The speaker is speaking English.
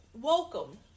welcome